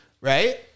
right